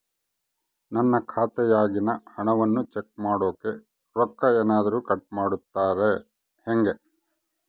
ನನ್ನ ಖಾತೆಯಾಗಿನ ಹಣವನ್ನು ಚೆಕ್ ಮಾಡೋಕೆ ರೊಕ್ಕ ಏನಾದರೂ ಕಟ್ ಮಾಡುತ್ತೇರಾ ಹೆಂಗೆ?